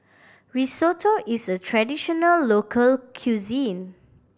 Risotto is a traditional local cuisine